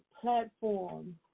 platform